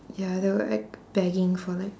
ya they were like begging for like